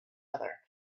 other